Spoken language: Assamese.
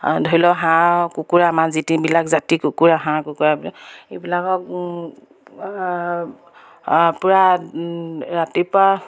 ধৰি লওক হাঁহ কুকুৰা আমাৰ যিটি জাতি কুকুৰা হাঁহ কুকুৰাবিলাক এইবিলাকক পূৰা ৰাতিপুৱা